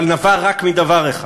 אבל נבע רק מדבר אחד: